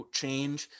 change